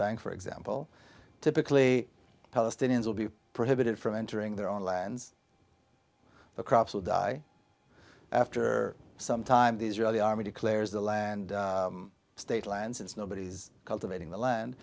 bank for example typically palestinians will be prohibited from entering their own lines the crops will die after some time the israeli army declares the land state lands it's nobody's cultivating the land